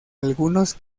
algunos